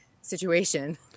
situation